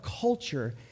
culture